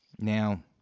Now